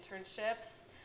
internships